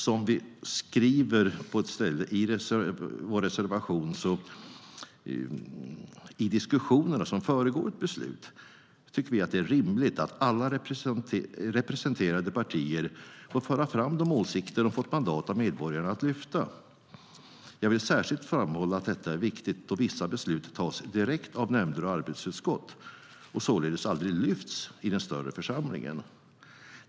Som vi skriver i vår reservation: "I diskussionerna som föregår beslut är det rimligt att alla representerade partier får föra fram de åsikter de fått mandat av medborgarna att lyfta. Jag vill särskilt framhålla att detta är viktigt då vissa beslut tas direkt av nämnder och arbetsutskott, och således aldrig lyfts i den större församlingen.